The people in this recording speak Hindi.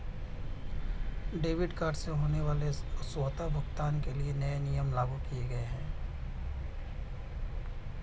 डेबिट कार्ड से होने वाले स्वतः भुगतान के लिए नए नियम लागू किये गए है